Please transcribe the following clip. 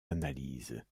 analyses